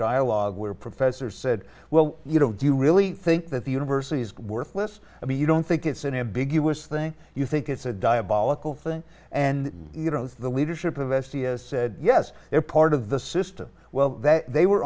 dialogue where professors said well you know do you really think that the university is worth less i mean you don't think it's an ambiguous thing you think it's a diabolical thing and you know the leadership of s d s said yes they're part of the system well that they were